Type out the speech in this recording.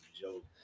joke